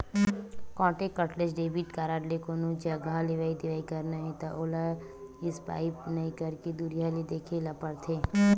contactless debit card ले कोनो जघा लेवइ देवइ करना हे त ओला स्पाइप नइ करके दुरिहा ले देखाए ल परथे